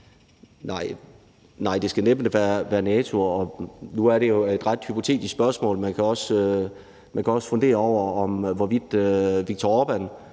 Nej, det skal næppe være NATO. Nu er det jo et ret hypotetisk spørgsmål. Man kan også fundere over, hvorvidt Viktor Orbán